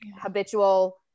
habitual